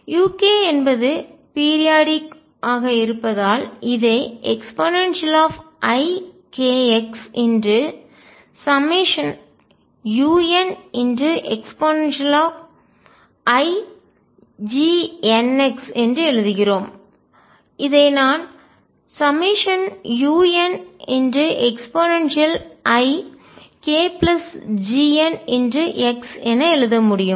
uk என்பது periodic குறிப்பிட்ட கால இடைவெளி ஆக இருப்பதால் இதை eikx∑un eiGnx என்று எழுதினோம் இதை நான் ∑un eikGnx என எழுத முடியும்